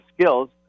skills